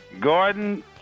Gordon